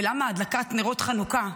ולמה הדלקת נרות חנוכה,